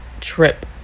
trip